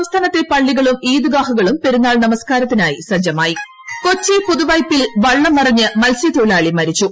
സംസ്ഥാനുത്തെ പള്ളികളും ഇൌദ്ഗാഹൂകളും പെരുന്നാൾ നമസ്കാരത്തിനായി സജ്ജമായി ട്ടട്ടട കൊച്ചി പുതൂവൈപ്പിൽ വള്ളം മറിഞ്ഞ് മത്സ്യത്തൊഴിലാളി മരിച്ചു